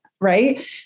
right